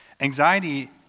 Anxiety